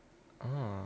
ah